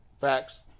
Facts